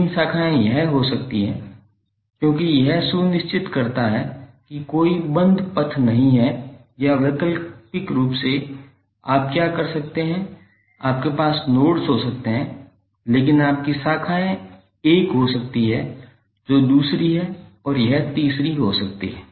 तीन शाखाएं यह हो सकती हैं क्योंकि यह सुनिश्चित करता है कि कोई बंद पथ नहीं है या वैकल्पिक रूप से आप क्या कर सकते हैं आपके पास नोड्स हो सकते हैं लेकिन आपकी शाखाएं एक हो सकती हैं जो दूसरी है और यह तीसरी हो सकती है